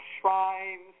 shrines